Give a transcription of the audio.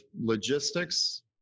logistics